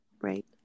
Right